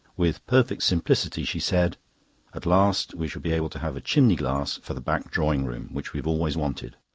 with perfect simplicity she said at last we shall be able to have a chimney glass for the back drawing-room, which we always wanted.